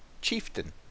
Chieftain